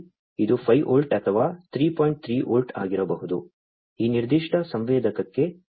3 volt ಆಗಿರಬಹುದು ಈ ನಿರ್ದಿಷ್ಟ ಸಂವೇದಕಕ್ಕೆ ಇದು 5 ವೋಲ್ಟ್ ಆಗಿದೆ